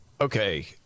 okay